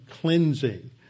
cleansing